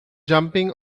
jumping